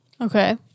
Okay